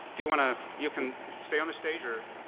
do you want to, you can stay on the stage or?